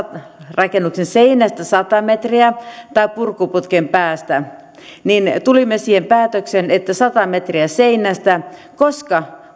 rakennuksen seinästä sata metriä vai purkuputken päästä ja tulimme siihen päätökseen että sata metriä seinästä koska